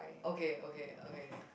okay okay okay